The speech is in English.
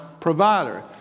provider